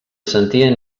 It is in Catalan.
sentien